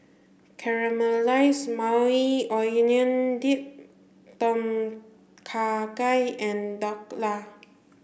Caramelized Maui Onion Dip Tom Kha Gai and Dhokla